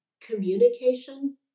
communication